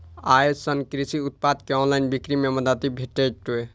अय सं कृषि उत्पाद के ऑनलाइन बिक्री मे मदति भेटतै